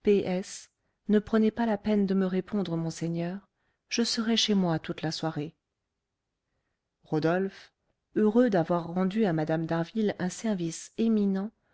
ne prenez pas la peine de me répondre monseigneur je serai chez moi toute la soirée rodolphe heureux d'avoir rendu à mme d'harville un service éminent